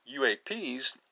UAPs